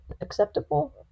acceptable